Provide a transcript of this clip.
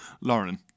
Lauren